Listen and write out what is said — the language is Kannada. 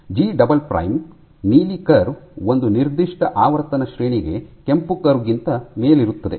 ಜಿ ಡಬಲ್ ಪ್ರೈಮ್ ನೀಲಿ ಕರ್ವ್ ಒಂದು ನಿರ್ದಿಷ್ಟ ಆವರ್ತನ ಶ್ರೇಣಿಗೆ ಕೆಂಪು ಕರ್ವ್ ಗಿಂತ ಮೇಲಿರುತ್ತದೆ